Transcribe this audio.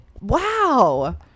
wow